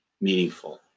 meaningful